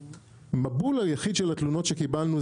המבול היחיד של התלונות שקיבלנו,